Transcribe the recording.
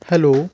hello